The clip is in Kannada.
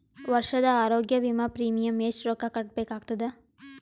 ವರ್ಷದ ಆರೋಗ್ಯ ವಿಮಾ ಪ್ರೀಮಿಯಂ ಎಷ್ಟ ರೊಕ್ಕ ಕಟ್ಟಬೇಕಾಗತದ?